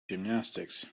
gymnastics